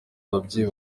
ababyeyi